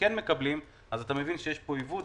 והם כן מקבלים אז אתה מבין שיש פה עיוות.